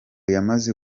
yamaze